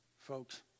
folks